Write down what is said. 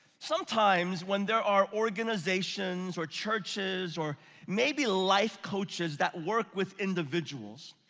sometimes, when there are organizations or churches, or maybe life coaches that work with individuals,